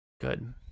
Good